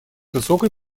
высокой